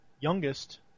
youngest